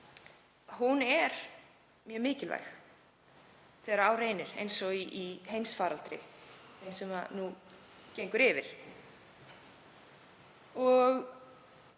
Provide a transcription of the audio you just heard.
er mjög mikilvæg þegar á reynir eins og í heimsfaraldri þeim sem nú gengur yfir.